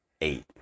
eight